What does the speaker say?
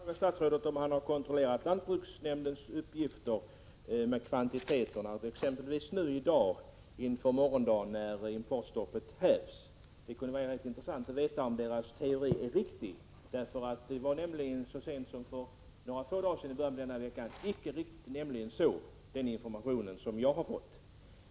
Herr talman! Jag undrar om statsrådet har kontrollerat lantbruksnämndens uppgifter om kvantiteterna inför morgondagen när importstoppet hävs. Det kunde vara intressant att veta om teorierna är riktiga. Enligt den information jag har fått stämde inte teorierna i början av denna vecka.